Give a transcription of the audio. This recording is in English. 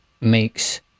makes